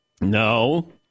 No